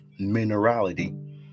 minerality